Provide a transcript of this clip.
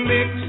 Mix